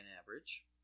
Average